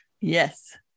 yes